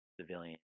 civilian